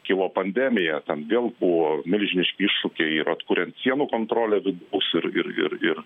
kilo pandemija ten vėl buvo milžiniški iššūkiai ir atkuriant sienų kontrolę vidaus ir ir ir ir